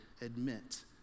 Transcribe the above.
admit